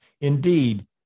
Indeed